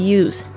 use